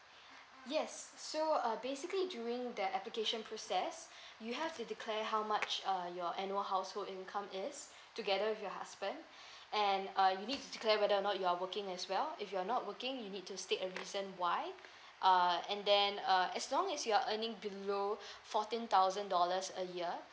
yes so uh basically during that application process you have to declare how much uh your annual household income is together with your husband and uh you need to declare whether or not you are working as well if you are not working you need to state a reason why uh and then uh as long as you're earning below fourteen thousand dollars a year